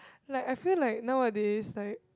like I feel like nowadays like